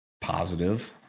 positive